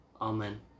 Amen